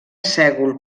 sègol